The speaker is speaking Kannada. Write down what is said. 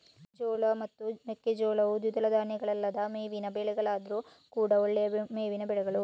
ಜೋಳ ಮತ್ತು ಮೆಕ್ಕೆಜೋಳವು ದ್ವಿದಳ ಧಾನ್ಯಗಳಲ್ಲದ ಮೇವಿನ ಬೆಳೆಗಳಾದ್ರೂ ಕೂಡಾ ಒಳ್ಳೆಯ ಮೇವಿನ ಬೆಳೆಗಳು